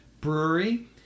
Brewery